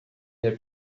their